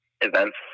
events